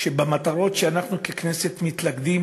שבמטרות שאנחנו ככנסת מתלכדים